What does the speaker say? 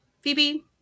Phoebe